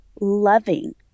loving